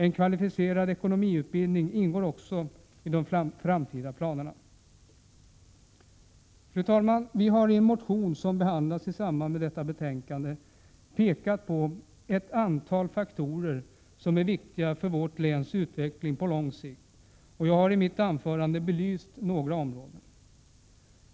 En kvalificerad ekonomiutbildning ingår också i de framtida planerna. Fru talman! Vi har i en motion, som behandlas i samband med detta betänkande, pekat på ett antal faktorer som är viktiga för vårt läns utveckling på lång sikt. Jag har i mitt anförande belyst några områden.